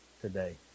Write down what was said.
today